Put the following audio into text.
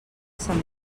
sant